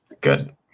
Good